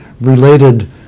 related